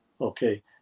Okay